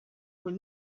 were